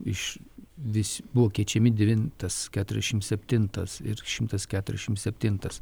iš vis buvo keičiami devintas keturiasdešim septintas ir šimtas keturiasdešim septintas